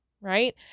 right